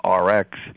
RX